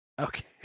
Okay